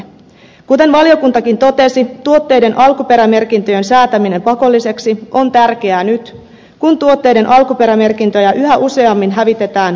kuten valiokuntakin totesi tuotteiden alkuperämerkintöjen säätäminen pakolliseksi on tärkeää nyt kun tuotteiden alkuperämerkintöjä yhä useammin hävitetään tuotemerkkien taakse